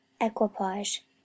equipage